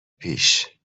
پیش